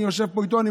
אני יושב פה איתו פה,